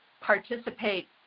participate